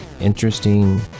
interesting